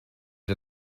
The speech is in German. der